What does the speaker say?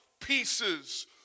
pieces